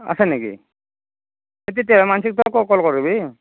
আছে নেকি তেতিয়া মাঞ্চীকো তই ক'ল কৰিবি